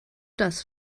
das